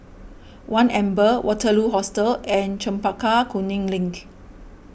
one Amber Waterloo Hostel and Chempaka Kuning Link